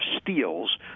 steals